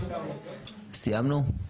סיימנו?